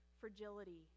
fragility